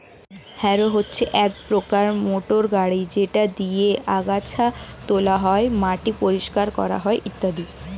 harrow হচ্ছে এক প্রকার মোটর গাড়ি যেটা দিয়ে আগাছা তোলা হয়, মাটি পরিষ্কার করা হয় ইত্যাদি